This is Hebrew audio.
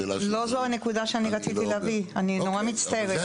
לא זו הנקודה שאני רציתי להביא, אני נורא מצטערת.